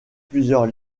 plusieurs